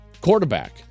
quarterback